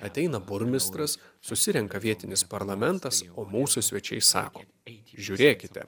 ateina burmistras susirenka vietinis parlamentas o mūsų svečiai sako žiūrėkite